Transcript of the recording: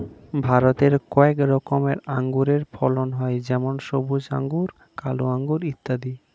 ভারতে কয়েক রকমের আঙুরের ফলন হয় যেমন সবুজ আঙুর, কালো আঙুর ইত্যাদি